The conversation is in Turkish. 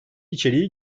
içeriği